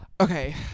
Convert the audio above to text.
okay